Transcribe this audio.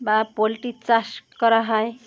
বা পোলট্রি চাষ করা হয়